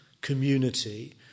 community